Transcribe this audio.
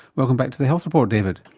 welcome back to the health report david.